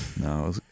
no